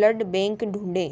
blood bank ढूंडें